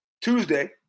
Tuesday